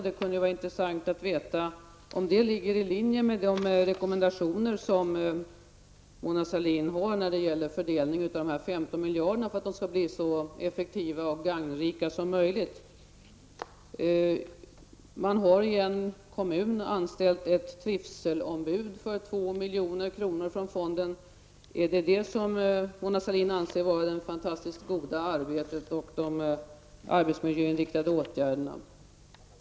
Det kunde vara intressant att få veta om det ligger i linje med de rekommendationer som Mona Sahlin har när det gäller fördelningen av de 15 miljarderna för att de skall komma till en så effektiv och gagnrik användning som möjligt. Man har i en kommun anställt ett trivselombud med hjälp av 2 milj.kr. från fonden. Är det detta som Mona Sahlin anser vara det fantastiskt goda arbetet och de arbetsmiljöinriktade åtgärderna?